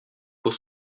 pour